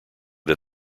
that